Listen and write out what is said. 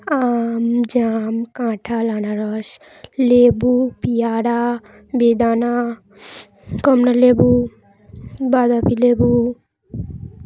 আম জাম কাঁঠাল আনারস লেবু পেয়ারা বেদানা কমলা লেবু বাতাবি লেবু